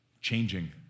changing